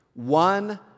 One